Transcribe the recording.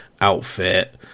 outfit